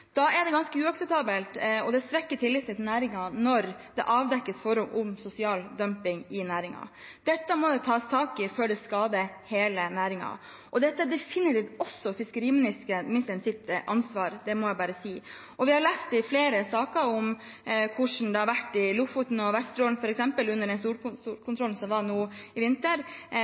Da er det ganske uakseptabelt og det svekker tilliten til næringen når det avdekkes forhold om sosial dumping i næringen. Dette må tas tak i før det skader hele næringen. Og det er definitivt fiskeriministerens ansvar, det må jeg bare si. Vi har lest flere saker om hvordan det har vært f.eks. i Lofoten og Vesterålen, under den storkontrollen som var nå i vinter.